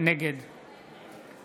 נגד